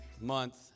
month